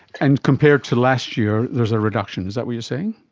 and compared to last year there is a reduction, is that what you're saying?